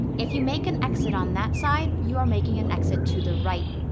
if you make an exit on that side you are making an exit to the right.